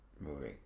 movie